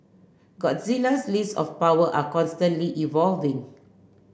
Godzilla's list of power are constantly evolving